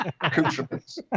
accoutrements